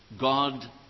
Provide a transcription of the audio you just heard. God